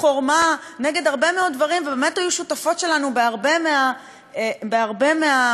ובאמת היו שותפות שלנו בהרבה מהמאבקים הפמיניסטיים,